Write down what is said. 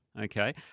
okay